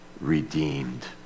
redeemed